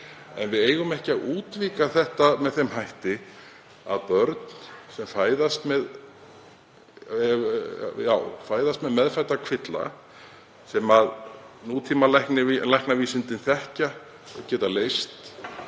En við eigum ekki að útvíkka þetta með þeim hætti að börn sem fæðast með meðfædda kvilla sem nútímalæknavísindin þekkja og geta leyst